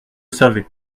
savait